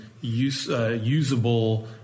usable